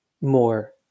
more